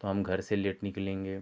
तो हम घर से लेट निकलेंगे